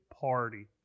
party